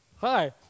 hi